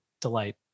delight